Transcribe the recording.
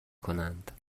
کنند